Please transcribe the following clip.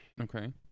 Okay